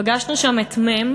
פגשנו שם את מ',